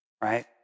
right